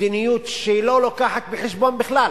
מדיניות שלא מביאה בחשבון בכלל